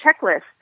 checklist